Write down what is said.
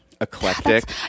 Eclectic